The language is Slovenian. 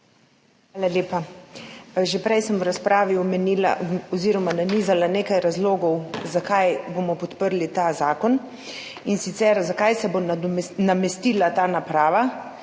Hvala lepa. Že prej sem v razpravi omenila oziroma nanizala nekaj razlogov, zakaj bomo podprli ta zakon. In sicer, zakaj se bo namestila ta naprava?